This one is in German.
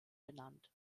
benannt